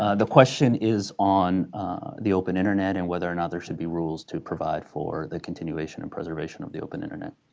ah the question is on the open internet and whether or not there should be rules to provide for the continuation and preservation of the open internet.